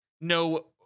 no